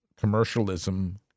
commercialism